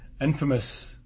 infamous